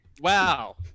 Wow